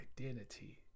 identity